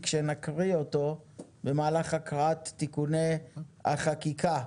כשנקריא אותו במהלך הקראת תיקוני החקיקה.